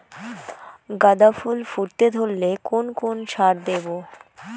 গাদা ফুল ফুটতে ধরলে কোন কোন সার দেব?